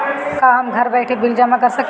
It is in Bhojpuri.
का हम घर बइठे बिल जमा कर शकिला?